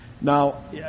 Now